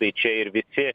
tai čia ir visi